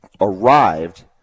arrived –